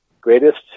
greatest